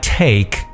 take